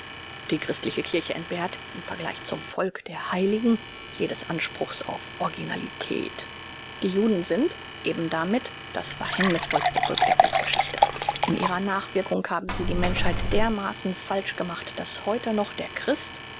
die christliche kirche entbehrt im vergleich zum volk der heiligen jedes anspruchs auf originalität die juden sind ebendamit das verhängnißvollste volk der weltgeschichte in ihrer nachwirkung haben sie die menschheit dermaaßen falsch gemacht daß heute noch der christ